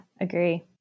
agree